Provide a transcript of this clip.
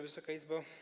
Wysoka Izbo!